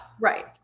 Right